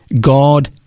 God